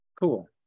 cool